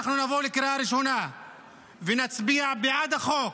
אנחנו נבוא לקריאה ראשונה ונצביע בעד החוק,